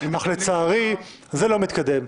אך לצערי זה לא מתקדם.